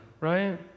right